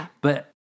but-